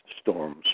storms